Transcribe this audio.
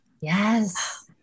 yes